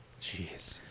Jeez